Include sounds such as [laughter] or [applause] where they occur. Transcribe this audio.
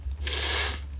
[noise]